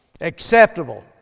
acceptable